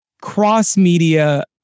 cross-media